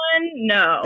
no